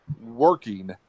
working